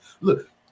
look